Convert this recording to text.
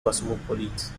cosmopolite